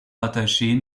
rattachés